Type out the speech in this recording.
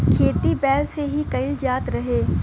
खेती बैल से ही कईल जात रहे